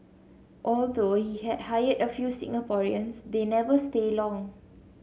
although he has hired a few Singaporeans they never stay long